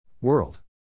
World